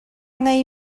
ngei